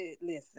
Listen